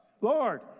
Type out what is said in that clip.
Lord